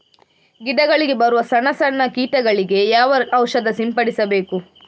ಗಿಡಗಳಿಗೆ ಬರುವ ಸಣ್ಣ ಸಣ್ಣ ಕೀಟಗಳಿಗೆ ಯಾವ ಔಷಧ ಸಿಂಪಡಿಸಬೇಕು?